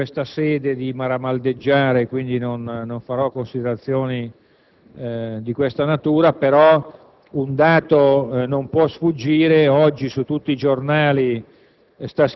in questa sede, di maramaldeggiare e quindi non farò considerazioni di questa natura, tuttavia, un dato non può sfuggire: oggi, su tutti i giornali,